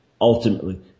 ultimately